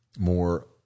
more